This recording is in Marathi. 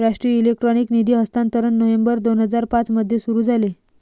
राष्ट्रीय इलेक्ट्रॉनिक निधी हस्तांतरण नोव्हेंबर दोन हजार पाँच मध्ये सुरू झाले